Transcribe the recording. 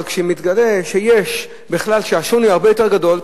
אבל כשמתגלה שבכלל השוני הרבה יותר גדול,